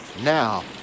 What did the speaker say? Now